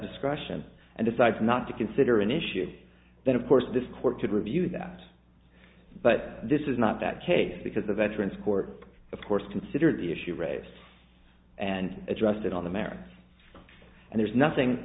discretion and decides not to consider an issue then of course this court could review that but this is not that case because the veterans court of course considered the issue raised and addressed it on the merits and there's nothing